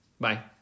Bye